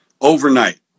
Overnight